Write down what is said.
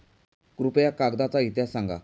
कृपया कागदाचा इतिहास सांगा